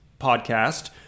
podcast